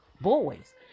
boys